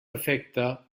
efecte